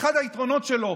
אחד היתרונות שלו,